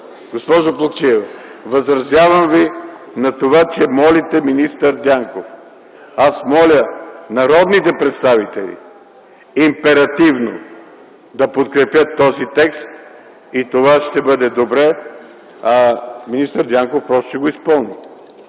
Госпожо Плугчиева, възразявам на това, че молите министър Дянков. Аз моля народните представители императивно да подкрепят този текст, и това ще бъде добре, а министър Дянков просто ще го изпълни.